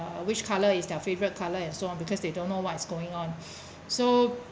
uh which colour is their favourite colour and so on because they don't know what's going on so